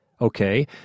Okay